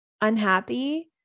unhappy